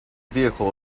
vehicle